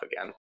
again